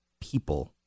people